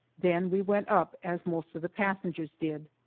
then we went up, as most of the passengers did.